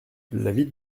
l’avis